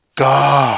God